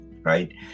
right